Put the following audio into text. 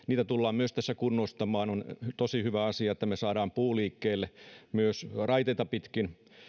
niitä tullaan tässä kunnostamaan on tosi hyvä asia että me saamme puun liikkeelle myös raiteita pitkin